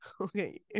Okay